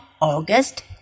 August